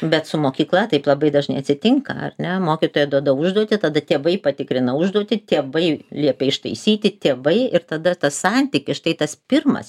bet su mokykla taip labai dažnai atsitinka ar ne mokytoja duoda užduotį tada tėvai patikrina užduotį tėvai liepia ištaisyti tėvai ir tada tas santykis štai tas pirmas